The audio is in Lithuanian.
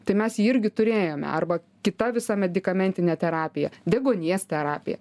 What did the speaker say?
tai mes jį irgi turėjome arba kita visa medikamentinė terapija deguonies terapija